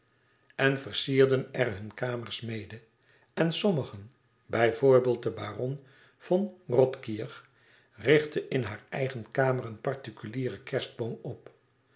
en versierden er hunne kamers mede en sommigen bij voorbeeld den baron van othkirch richtte in haar eigen kamer een particulieren kerstboom op